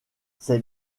ses